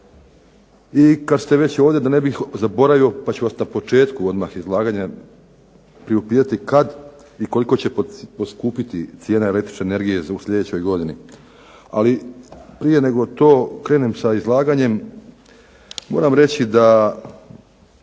i kad ste već ovdje da ne bih zaboravio pa ću vas na početku odmah izlaganja priupitati kad i koliko će poskupiti cijena električne energije u sljedećoj godini? Ali prije nego to krenem sa izlaganjem moram reći da